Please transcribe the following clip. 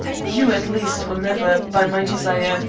you, at least, will never, by my desire,